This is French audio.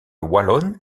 wallonne